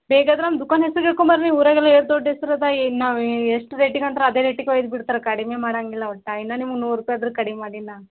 ಬೇಕಾದರೆ ನಮ್ಮ ದುಕಾನ್ ಹೆಸರು ಕೇಳ್ಕೊಂಡು ಬರ್ರಿ ಊರಾಗೆಲ್ಲ ಎಷ್ಟು ದೊಡ್ಡ ಹೆಸ್ರು ಅದೆ ಏನು ನಾವೇ ಎಷ್ಟು ರೇಟಿಗಂತರ ಅದೇ ರೇಟಿಗೆ ಓಯ್ದು ಬಿಡ್ತಾರೆ ಕಡಿಮೆ ಮಾಡಾಂಗೆ ಇಲ್ಲ ಒಟ್ಟು ಇನ್ನು ನಿಮುಗೆ ನೂರು ರೂಪಾಯಿ ಆದರು ಕಡಿಮೆ ಮಾಡೀನಿ ನಾ